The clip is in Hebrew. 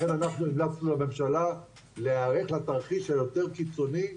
לכן אנחנו המלצנו לממשלה להיערך לתרחיש היותר קיצוני,